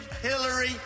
Hillary